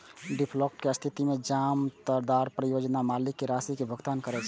default के स्थिति मे जमानतदार परियोजना मालिक कें राशि के भुगतान करै छै